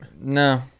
No